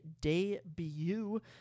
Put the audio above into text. debut